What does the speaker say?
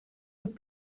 would